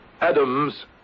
Adams